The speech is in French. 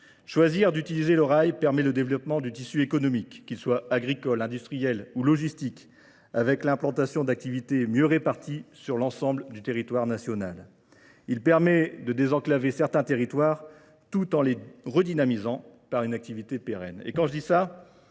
Choisir d'utiliser le rail permet le développement du tissu économique, qu'il soit agricole, industriel ou logistique, avec l'implantation d'activités mieux réparties sur l'ensemble du territoire national. Il permet de désenclaver certains territoires tout en les redynamisant par une activité pérenne.